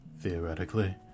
theoretically